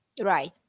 Right